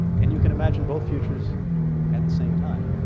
and you can imagine both futures at the same time.